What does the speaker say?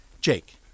Jake